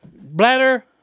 bladder